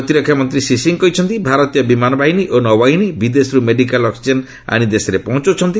ପ୍ରତିରକ୍ଷା ମନ୍ତ୍ରୀ ଶ୍ରୀ ସିଂହ କହିଛନ୍ତି ଭାରତୀୟ ବିମାନ ବାହିନୀ ଓ ନୌବାହିନୀ ବିଦେଶରୁ ମେଡିକାଲ୍ ଅକ୍ନିଜେନ୍ ଆଶି ଦେଶରେ ପହଞ୍ଚଉଛନ୍ତି